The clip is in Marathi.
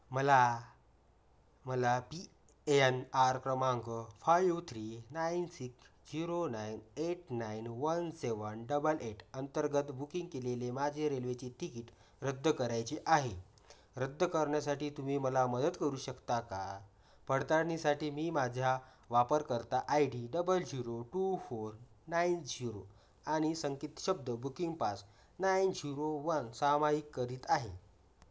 मला मला पी एन आर क्रमांक five three nine six zero nine eight nine one seven double eight अंतर्गत बुकिंग केलेले माझे रेल्वेचे तिकीट रद्द करायचे आहे रद्द करण्यासाठी तुम्ही मला मदत करू शकता का पडताळणीसाठी मी माझ्या वापरकर्ता I D double zero two four nine zero आणि संकेतशब्द booking pass nine zero one सामायिक करीत आहे